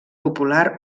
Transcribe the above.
popular